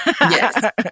Yes